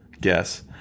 guess